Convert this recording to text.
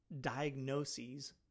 diagnoses